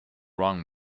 wrong